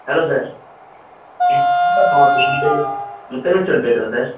hello sir Thanjavur மாவட்டத்தில் இருந்து முத்தமிழ்ச் செல்வன் பேசுகிறேன் சார்